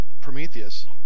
Prometheus